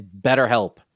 BetterHelp